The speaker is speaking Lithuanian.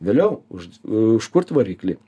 vėliau už užkurt variklį